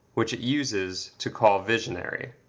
which it uses to call visionary.